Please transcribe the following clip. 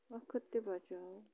وقت تہِ بَچو